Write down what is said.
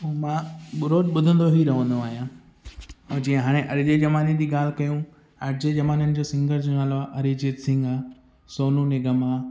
मां बि रोज़ु ॿुधंदो ई रहंदो आहियां ऐं जीअं हाणे अॼु जे ज़माने जी ॻाल्हि कयूं अॼु जे ज़माने जे सिंगर जो नालो आहे अरिजीत सिंग आहे सोनू निगम आहे